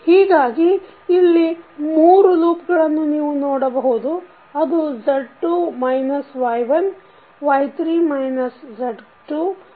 ಹೀಗಾಗಿ ಇಲ್ಲಿ ಮೂರು ಲೂಪ್ಗಳನ್ನು ನೀವು ನೋಡಬಹುದು ಅದು Z2 minus Y1 Y3 minus Z2 ಮತ್ತು Z4 ಮೈನಸ್ Y3